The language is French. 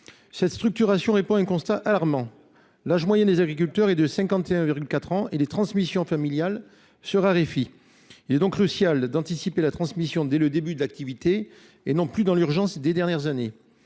Cette structuration vise à répondre à un constat alarmant. L’âge moyen des agriculteurs est de 51,4 ans et les transmissions familiales se raréfient. Il est donc crucial d’anticiper la transmission dès le début de son activité et de ne plus attendre la fin de sa